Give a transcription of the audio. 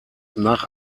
nach